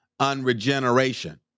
unregeneration